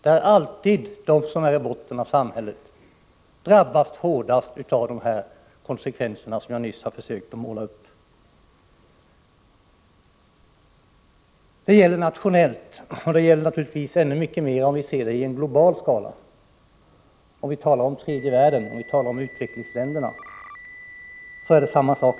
Det är alltid de som befinner sig i botten av samhället som drabbas hårdast av de konsekvenser jag nyss försökt måla upp. Så förhåller det sig nationellt och i ännu högre grad sett i en global skala. Detsamma gäller tredje världen och u-länderna.